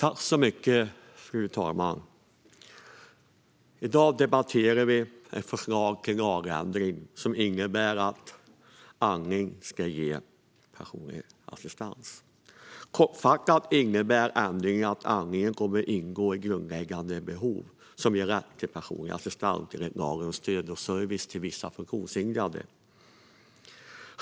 Fru talman! I dag debatterar vi ett förslag till lagändring som innebär att behov av hjälp med andning ska ge rätt till personlig assistans. Kortfattat innebär ändringen att andning kommer att ingå i de grundläggande behov som ger rätt till personlig assistans enligt lagen om stöd och service till vissa funktionshindrade.